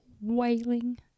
wailing